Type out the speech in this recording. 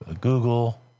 Google